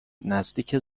نزدیک